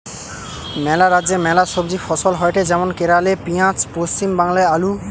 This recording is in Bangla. ম্যালা রাজ্যে ম্যালা সবজি ফসল হয়টে যেমন কেরালে পেঁয়াজ, পশ্চিম বাংলায় আলু